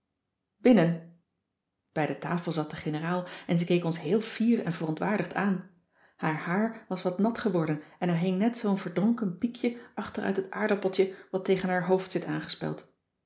binnen bij de tafel zat de generaal en ze keek ons heel fier en verontwaardigd aan haar haar was wat nat geworden en er hing net zoo'n verdronken piekje achter cissy van marxveldt de h b s tijd van joop ter heul uit het aardappeltje wat tegen haar hoofd zit aangespeld